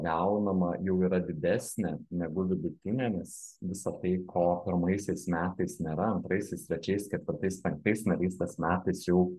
gaunama jau yra didesnė negu vidutinė nes visa tai ko pirmaisiais metais nėra antraisiais trečiais ketvirtais penktais narystės metais jau